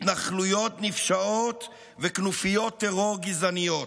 התנחלויות נפשעות וכנופיות טרור גזעניות.